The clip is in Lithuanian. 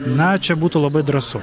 na čia būtų labai drąsu